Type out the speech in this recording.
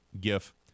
gif